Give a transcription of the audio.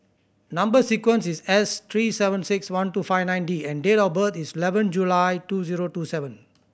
number sequence is S three seven six one two five nine D and date of birth is eleven July two zero two seven